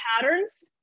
patterns